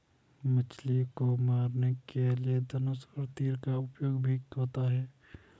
मछली को मारने के लिए धनुष और तीर का उपयोग भी होता है